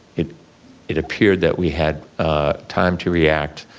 it it appeared that we had time to react